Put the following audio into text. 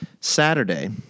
Saturday